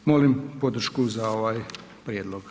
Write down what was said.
Molim podršku za ovaj prijedlog.